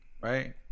Right